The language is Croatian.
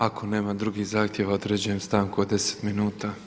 Ako nema drugih zahtjeva, određujem stanku od deset minuta.